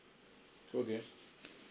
okay